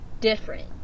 different